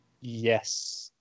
Yes